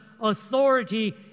authority